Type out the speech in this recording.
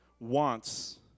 wants